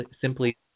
simply